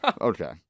Okay